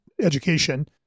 education